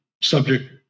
subject